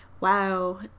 wow